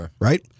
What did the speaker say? right